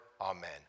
Amen